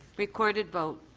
recorded vote.